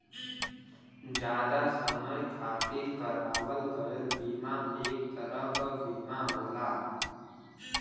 जादा समय खातिर करावल गयल बीमा एक तरह क बीमा होला